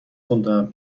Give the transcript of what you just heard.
خوندم